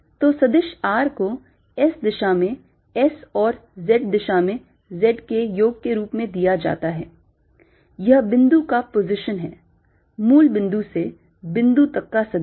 तो सदिश r को S दिशा में S और Z दिशा में Z के योग रूप में दिया जाता है यह बिंदु का पोजीशन है मूल बिंदु से बिंदु तक का सदिश